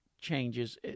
changes